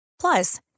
Plus